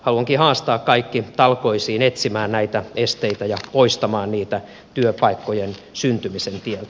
haluankin haastaa kaikki talkoisiin etsimään näitä esteitä ja poistamaan niitä työpaikkojen syntymisen tieltä